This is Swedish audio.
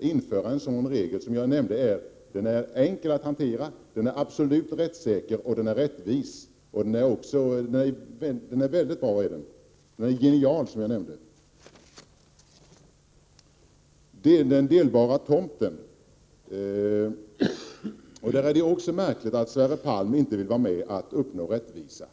införa en sådan regel som jag nämnde. Den är enkel att hantera, den är absolut rättssäker och rättvis — ja, den är faktiskt genial. När det gäller frågan om den delbara tomten är det märkligt att Sverre Palm inte vill vara med om att försöka uppnå rättvisa.